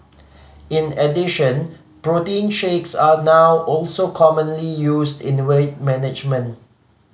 in addition protein shakes are now also commonly used in weight management